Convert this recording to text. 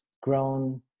grown